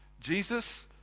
Jesus